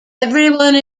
everyone